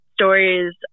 stories